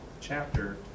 chapter